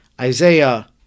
Isaiah